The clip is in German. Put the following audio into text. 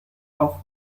auf